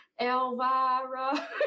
Elvira